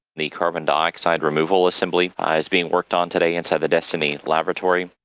the carbon dioxide removal assembly ah is being worked on today inside the destiny laboratory.